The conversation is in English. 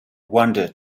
wonder